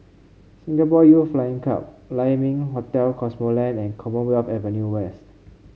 Singapore Youth Flying Club Lai Ming Hotel Cosmoland and Commonwealth Avenue West